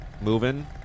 moving